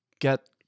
get